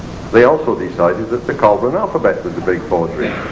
they also decided that the coelbren alphabet was a big forgery